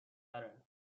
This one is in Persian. تره